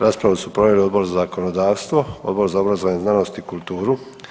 Raspravu su proveli Odbor za zakonodavstvo, Odbor za obrazovanje, znanost i kulturu.